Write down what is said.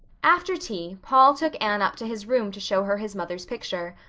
after tea paul took anne up to his room to show her his mother's picture,